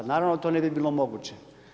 Naravno da to ne bi bilo moguće.